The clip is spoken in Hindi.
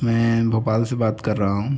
मैं भोपाल से बात कर रहा हूँ